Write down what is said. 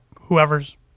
whoever's